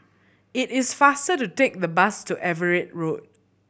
it is faster to take the bus to Everitt Road